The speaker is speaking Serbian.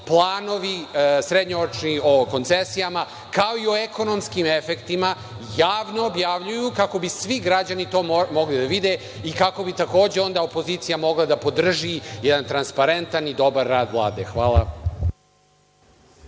planovi, srednjoročni o koncesijama, kao i u ekonomskim efektima, javno objavljuju kako bi svi građani to mogli da vide i kako bi takođe onda opozicija mogla da podrži jedan transparentan i dobar rad Vlade. Hvala.